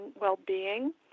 well-being